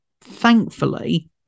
thankfully